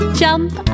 jump